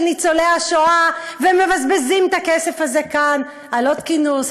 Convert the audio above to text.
ניצולי השואה ומבזבזים את הכסף הזה כאן על עוד כינוס,